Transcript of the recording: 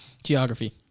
Geography